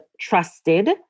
trusted